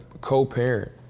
co-parent